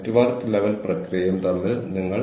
താഴെയുള്ള ഒരു പ്രക്രിയയായി മാറുന്നു